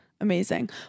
Amazing